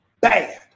bad